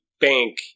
bank